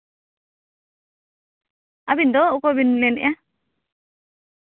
ᱟᱹᱵᱤᱱ ᱫᱚ ᱚᱠᱚᱭ ᱵᱤᱱ ᱢᱮᱱᱮᱜᱼᱟ